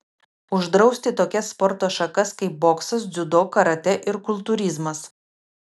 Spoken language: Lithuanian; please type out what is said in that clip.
uždrausti tokias sporto šakas kaip boksas dziudo karatė ir kultūrizmas